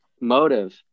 motive